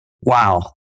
Wow